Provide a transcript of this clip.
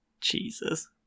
Jesus